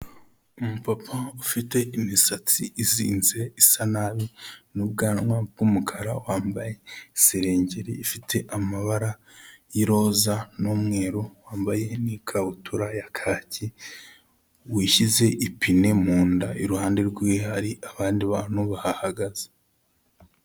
Umupapa ufite imisatsi izinze isa nabi n'ubwanwa bw'umukara, wambaye iserengeri ifite amabara y'iroza n'umweru, wambaye n'ikabutura ya kaki, wishyize ipine mu nda, iruhande rwe hari abandi bantu bahahagaze.